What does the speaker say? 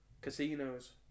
Casinos